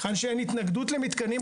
היכן שאין התנגדות למתקנים.